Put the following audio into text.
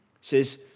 says